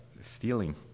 stealing